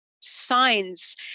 signs